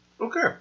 Okay